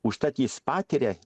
užtat jis patiria